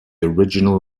original